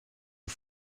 you